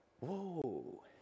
whoa